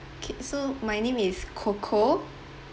K so my name is coco